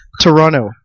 Toronto